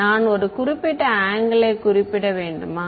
நான் ஒரு குறிப்பிட்ட ஆங்கிளை குறிப்பிட வேண்டுமா